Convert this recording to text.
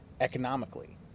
economically